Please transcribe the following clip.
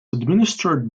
administered